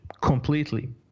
completely